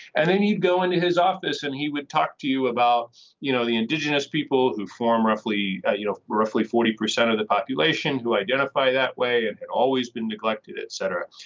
and then you'd go into his office and he would talk to you about you know the indigenous people who form roughly you know roughly forty percent of the population who identify that way and always been neglected et cetera.